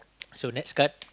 so next card